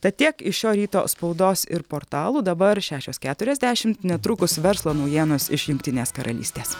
tad tiek iš šio ryto spaudos ir portalų dabar šešios keturiasdešimt netrukus verslo naujienos iš jungtinės karalystės